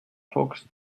focused